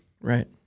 Right